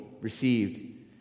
received